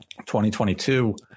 2022